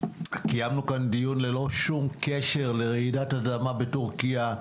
קיימנו כאן דיון ללא שום קשר לרעידות האדמה בטורקיה,